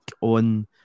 on